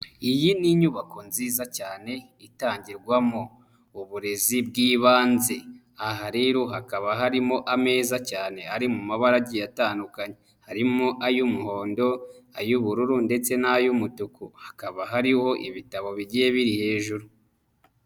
Iyi ni inyubako nziza cyane itangirwamo uburezi bw'ibanze, aha ero hakaba harimo ameza meza cyane ri mu mabara agiye atandukanye harimo: ay'umugondo, ay'ubururu ndetse n'ay'umutuku, hakaba hariho ibitabo bigiye biri hejuru.